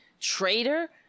traitor